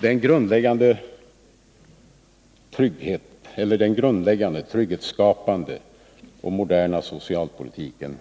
Den grundläggande, trygghetsskapande och moderna socialpolitiken